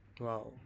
Wow